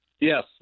yes